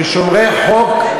כשומרי חוק,